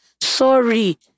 Sorry